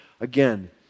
again